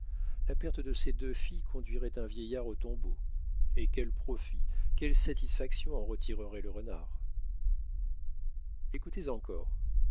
la perte de ses deux filles conduirait un vieillard au tombeau et quel profit quelle satisfaction en retirera le renard écoutez encore